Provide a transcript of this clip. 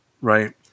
right